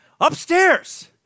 upstairs